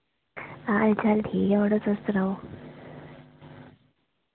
हाल चाल ठीक ऐ मड़ो तुस सनाओ